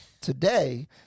Today